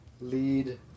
lead